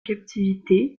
captivité